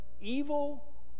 Evil